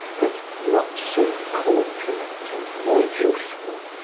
but not so corpulent and more youthful,